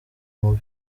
mubi